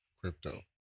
Crypto